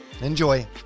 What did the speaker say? Enjoy